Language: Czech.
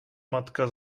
matka